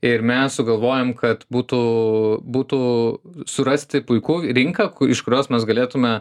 ir mes sugalvojom kad būtų būtų surasti puiku rinka iš kurios mes galėtume